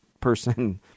person